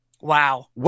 Wow